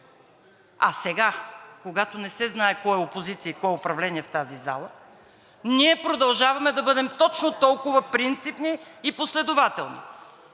А сега, когато не се знае кой е опозиция и кой е управление в тази зала, ние продължаваме да бъдем точно толкова принципни и последователни.